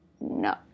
no